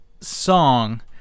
Song